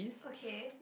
okay